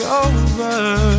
over